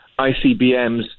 ICBMs